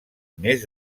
més